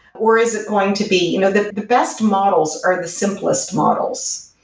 or is it going to be you know the the best models are the simplest models?